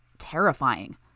terrifying